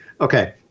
Okay